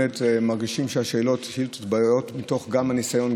באמת מרגישים שהשאלות באות גם מתוך הניסיון,